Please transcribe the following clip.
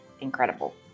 incredible